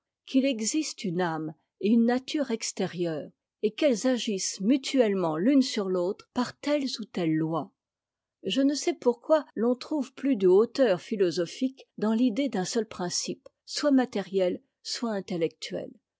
qu'il existe une âme et une nature extérieure et qu'eues agissent mutnellement l'une sur l'autre par telles ou telles lois je ne sais pourquoi l'on trouve plus de hauteur philosophique dans l'idée d'un seul principe soit matériel soit intellectuel